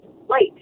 right